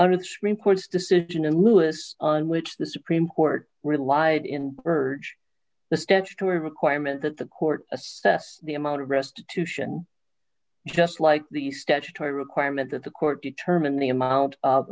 screen court's decision in lewis on which the supreme court relied in urge the statutory requirement that the court assess the amount of restitution just like the statutory requirement that the court determined the amount of